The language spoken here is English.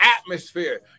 atmosphere